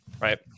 right